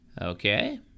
Okay